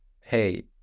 hey